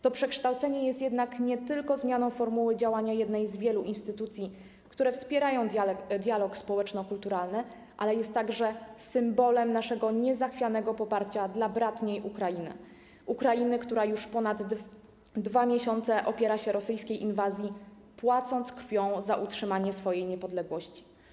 To przekształcenie jest jednak nie tylko zmianą formuły działania jednej z wielu instytucji, które wspierają dialog społeczno-kulturalny, ale jest także symbolem naszego niezachwianego poparcia dla bratniej Ukrainy, Ukrainy, która już ponad 2 miesiące opiera się rosyjskiej inwazji, płacąc krwią za utrzymanie swojej niepodległości.